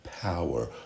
power